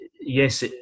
yes